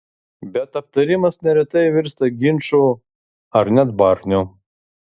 bet aptarimas neretai virsta ginču ar net barniu